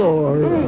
Lord